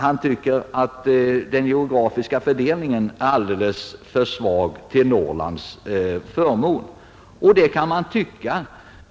Han tycker att den geografiska fördelningen är alldeles för svag till Norrlands förmån, och det kan man tycka.